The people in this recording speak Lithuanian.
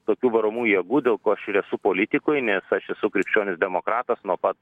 tokių varomųjų jėgų dėl ko aš ir esu politikoj nes aš esu krikščionis demokratas nuo pat